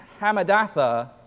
Hamadatha